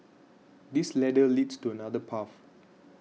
this ladder leads to another path